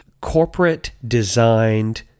corporate-designed